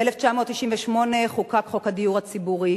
ב-1998 חוקק חוק הדיור הציבורי